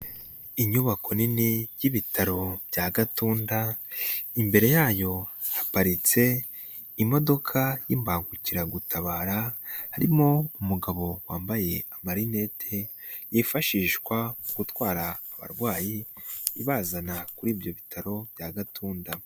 Inyubako nini y'ibitaro bya Gatunda, imbere yayo haparitse imodoka y'imbagukiragutabara, harimo umugabo wambaye amarinete yifashishwa gutwara abarwayi ibazana kuri ibyo bitaro bya Gatunda.